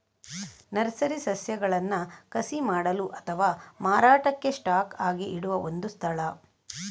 nursery ಸಸ್ಯಗಳನ್ನ ಕಸಿ ಮಾಡಲು ಅಥವಾ ಮಾರಾಟಕ್ಕೆ ಸ್ಟಾಕ್ ಆಗಿ ಇಡುವ ಒಂದು ಸ್ಥಳ